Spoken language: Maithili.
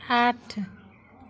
आठ